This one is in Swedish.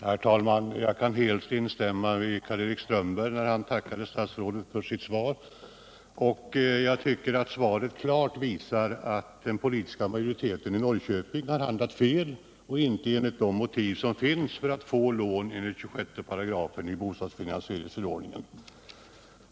Herr talman! Jag kan helt instämma i Karl-Erik Strömbergs anförande när han tackade statsrådet för svaret. Jag tycker svaret klart visar att den politiska majoriteten i Norrköping handlat fel och inte enligt de motiv som finns för att få lån enligt 26 § i bostadsfinansieringsförordningen.